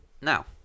Now